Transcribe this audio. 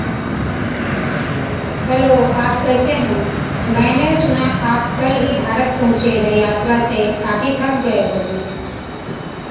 hello आप कैसे हैं मैंने सुना आप कल ही भारत पहुँचे हैं यात्रा से काफ़ी थक गए होंगे